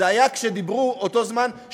זה היה באותו זמן שדיברו על כך ששנתיים